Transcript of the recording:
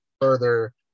further